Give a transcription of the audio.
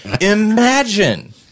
Imagine